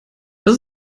das